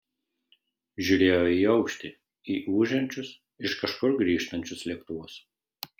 žiūrėjo į aukštį į ūžiančius iš kažkur grįžtančius lėktuvus